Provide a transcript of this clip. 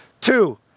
Two